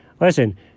Listen